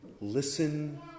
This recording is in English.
Listen